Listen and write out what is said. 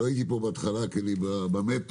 לא הייתי פה בהתחלה כי אני עוסק במטרו,